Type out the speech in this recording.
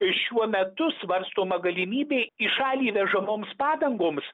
ir šiuo metu svarstoma galimybė į šalį įvežamoms padangoms